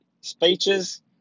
speeches